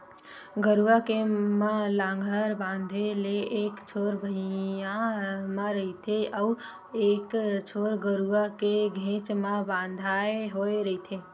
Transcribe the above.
गरूवा के म लांहगर बंधाय ले एक छोर भिंयाँ म रहिथे अउ एक छोर गरूवा के घेंच म बंधाय होय रहिथे